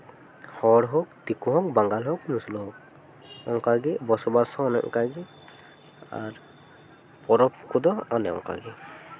ᱦᱚᱲ ᱦᱳᱠ ᱫᱤᱠᱩ ᱦᱳᱠ ᱵᱟᱝᱜᱟᱞ ᱦᱳᱠ ᱢᱩᱥᱞᱟᱹ ᱦᱳᱠ ᱚᱱᱠᱟ ᱜᱮ ᱵᱚᱥᱵᱟᱥ ᱦᱚᱸ ᱚᱱᱮ ᱚᱱᱠᱟ ᱜᱮ ᱟᱨ ᱯᱚᱨᱚᱵᱽ ᱠᱚᱫᱚ ᱚᱱᱮ ᱚᱱᱠᱟᱜᱮ